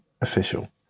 official